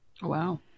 wow